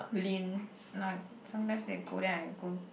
Lynn like sometimes they go then I go